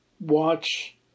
watch